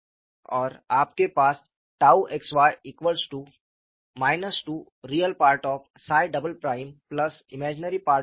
और आपके पास 𝝉xy 2Re𝜳″ImY